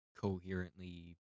coherently